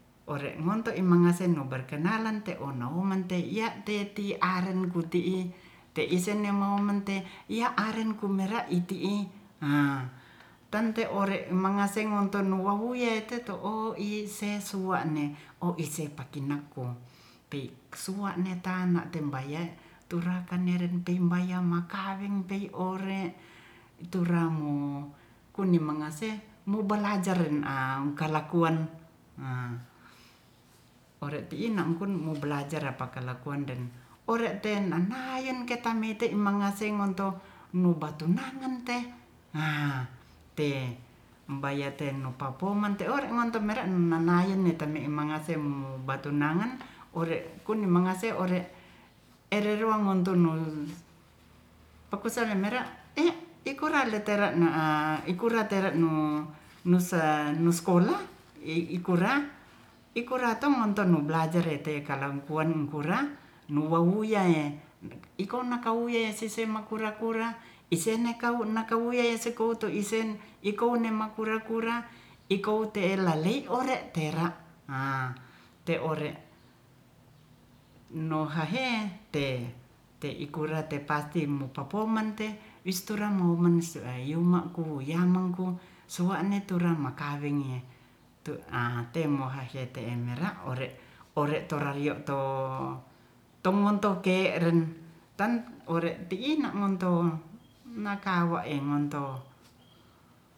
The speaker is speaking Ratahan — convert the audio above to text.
Ore'ngonto ima'nge senu berkenalan te'o'nauman tei ya'tetiaren kuti'i teisen nemawumente ya'aren kumera'i ti'i a tante ore'mangaseng ngontunuwahuye te to'o iseh suwa'ne o'ise pakinakkung pik suwane'ta'na tembaye turakan nerempimbayang makaweng pei ore' turamo kunnimngase mobalajar ren'a kalakuan a ore'ti'in mobalajar repakalakuan dan ore'ten annayen ketameite imangaseng ngonto nubatunangan te ha te mbayate'nupapoman te'ore ngonto mere'nanayen netame'man mangase mubatunangan ore' kunni mangase ore' ereruang ngontu'no pakusaumera' ikorale tera'ne'a ikura tera'nu nusa nus skola ih ikura- ton ngontonu blajar rete'kalakuan ingkura nu'wawuya ye ikonakawuye sisemakura-kura isene kawu nakawuyai-yai sekoutu isen ikoune makura-kura ikotela'li ore tera'a te'ore nohahe te'- ikura tepasti mopapoman te wish turang mo mansiuayu ma'ku yamangku suwa'neturang makaweng nge tu'a temohaheyete mera' ore'- torahio tommon to'ke ren tan ore'ti'ina ngonto nakawa e ngonto